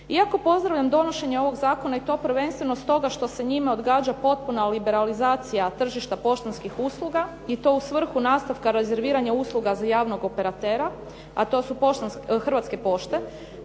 Iako pozdravljam donošenje ovog zakona i to prvenstveno stoga što se njime odgađa potpuna liberalizacija tržišta poštanskih usluga i to u svrhu nastavka rezerviranja usluga za javnog operatera a to su Hrvatske pošte